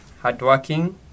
hardworking